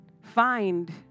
find